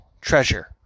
treasure